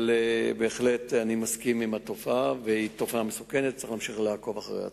זו בהחלט תופעה מסוכנת וצריך להמשיך לעקוב אחריה.